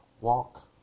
walk